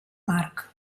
marc